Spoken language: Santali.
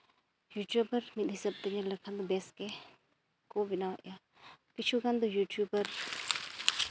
ᱤᱭᱩᱴᱩᱵᱟᱨ ᱢᱤᱫ ᱦᱤᱥᱟᱹᱵ ᱛᱮ ᱧᱮᱞ ᱞᱮᱠᱷᱟᱱ ᱫᱚ ᱵᱮᱥ ᱜᱮ ᱠᱚ ᱵᱮᱱᱟᱣᱮᱫᱼᱟ ᱠᱤᱪᱷᱩ ᱜᱟᱱ ᱫᱚ ᱤᱭᱩᱴᱩᱵᱟᱨ